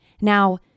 Now